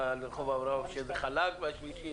כמו הנושא